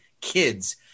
kids